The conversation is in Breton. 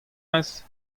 maez